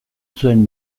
zuen